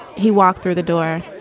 he walked through the door.